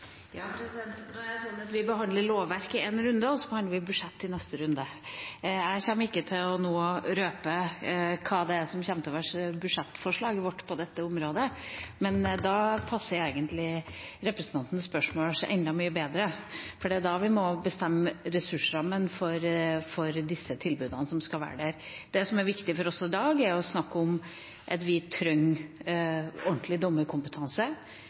at vi behandler lovverk i én runde, og så behandler vi budsjett i neste runde. Jeg kommer ikke nå til å røpe hva som kommer til å bli budsjettforslaget vårt på dette området. Da vil representantens spørsmål passe enda mye bedre, for det er da vi må bestemme ressursrammen for de tilbudene som skal være der. Det som er viktig for oss i dag, er å snakke om at vi trenger ordentlig dommerkompetanse.